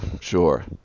sure